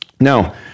Now